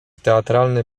teatralny